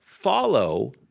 Follow